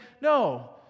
no